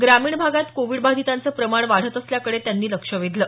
ग्रामीण भागात कोविड बाधितांचं प्रमाण वाढत असल्याकडे त्यांनी लक्ष वेधलं